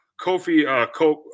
Kofi